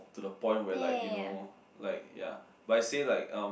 to the point where like you know like ya but I say like um